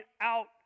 out